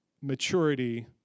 maturity